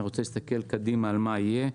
רוצה להסתכל קדימה על מה שיהיה.